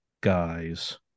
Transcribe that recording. guys